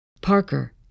Parker